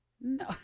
No